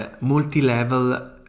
multi-level